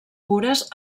pures